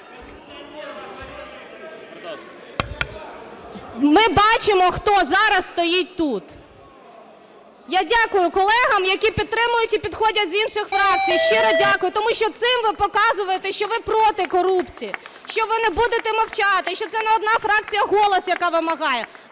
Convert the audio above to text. Ми бачимо, хто зараз стоїть тут. Я дякую колегам з інших фракцій, які підтримують і підходять. Щиро дякую. Тому що цим ви показуєте, що ви проти корупції, що ви не будете мовчати. Що це не одна фракція "Голос", яка вимагає,